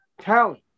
talent